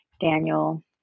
Daniel